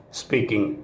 speaking